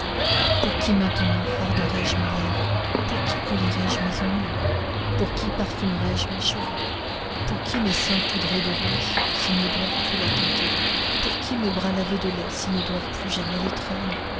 pour qui maintenant farderais je mes lèvres pour qui polirais je mes ongles pour qui parfumerais je mes cheveux pour qui mes seins poudrés de rouge s'ils ne doivent plus la tenter pour qui mes bras lavés de lait s'ils ne doivent plus jamais